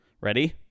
Ready